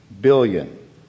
billion